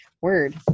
word